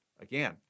again